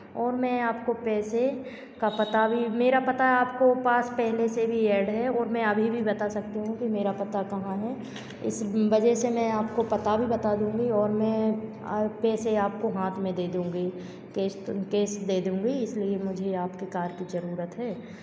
और मैं आपको पैसे का पता भी मेरा पता आपको पास पहले से भी ऐड है और मैं अभी भी बता सकती हूं कि मेरा पता कहाँ है इस वजह से मैं आपको पता भी बता दूंगी और मैं पैसे आपको हाथ में दे दूंगी कैश कैश दे दूंगी इसलिए मुझे आपके कार की ज़रूरत है